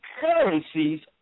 currencies